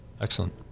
Excellent